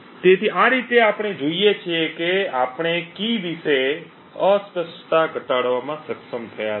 તેથી આ રીતે આપણે જોઈએ છીએ કે આપણે ચાવી વિશે અસ્પષ્ટતા ઘટાડવામાં સક્ષમ થયા છીએ